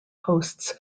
hosts